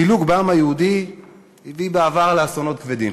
פילוג בעם היהודי הביא בעבר לאסונות כבדים,